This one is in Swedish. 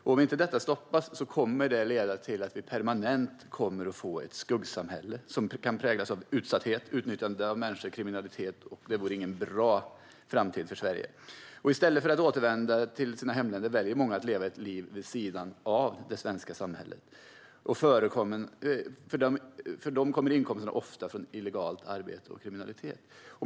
Om inte detta stoppas kommer det att leda till att vi får ett permanent skuggsamhälle som kan präglas av utsatthet, utnyttjande av människor och kriminalitet, och det vore ingen bra framtid för Sverige. I stället för att återvända till sina hemländer väljer många att leva ett liv vid sidan av det svenska samhället. För dem kommer inkomsterna ofta från illegalt arbete och kriminalitet.